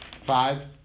Five